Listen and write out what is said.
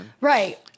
Right